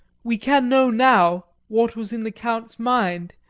we can know now what was in the count's mind,